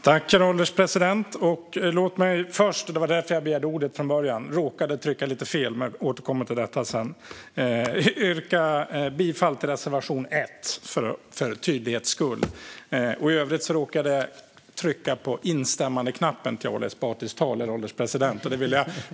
Herr ålderspresident! Jag begärde från början ordet för att jag, för tydlighetens skull, vill yrka bifall till reservation 1. Herr ålderspresident!